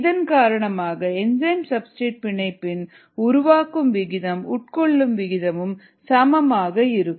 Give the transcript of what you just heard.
இதன் காரணமாக enzyme substrate பிணைப்பின் உருவாக்கும் விகிதமும் உட்கொள்ளும் விகிதமும் சமமாக இருக்கும்